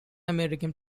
american